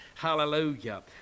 Hallelujah